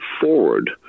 forward